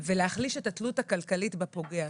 ולהחליש את התלות הכלכלית בפוגע.